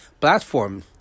platform